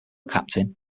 captain